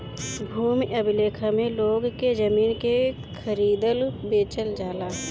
भूमि अभिलेख में लोग के जमीन के खरीदल बेचल जाला